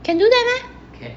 can do that meh